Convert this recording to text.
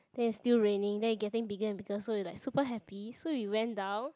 there's still raining then it getting bigger and bigger so we're like super happy so we went down